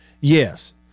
yes